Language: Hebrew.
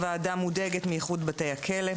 הוועדה מודאגת מאיחוד בתי הכלא.